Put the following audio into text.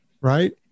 right